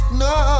no